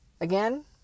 Again